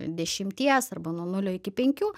dešimties arba nuo nulio iki penkių